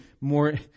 more